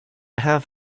have